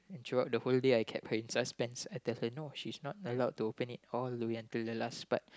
and throughout the whole day I kept her in suspense I tell her no she's not allowed to open it all the way until the last part